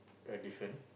very different